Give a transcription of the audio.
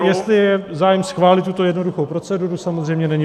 Jestli je zájem schválit tuto jednoduchou proceduru, samozřejmě není problém.